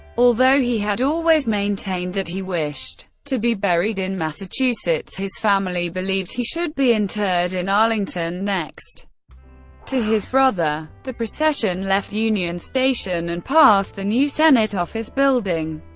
although he had always maintained that he wished to be buried in massachusetts, his family believed he should be interred in arlington next to his brother. the procession left union station and passed the new senate office building,